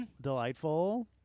Delightful